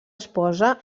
esposa